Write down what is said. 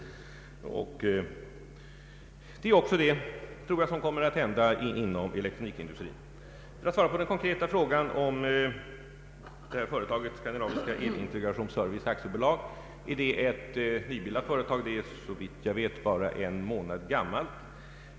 Och det är, tror jag, också vad som kommer att hända inom elektronikindustrin. För att svara på den konkreta frågan om Skandinaviska el-integrations service AB är ett nybildat företag vill jag svara, att såvitt jag vet är företaget bara en månad gammalt.